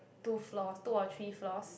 two floors two or three floors